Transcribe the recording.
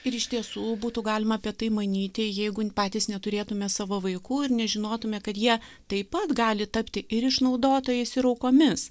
ir iš tiesų būtų galima apie tai manyti jeigu patys neturėtume savo vaikų ir nežinotume kad jie taip pat gali tapti ir išnaudotojais ir aukomis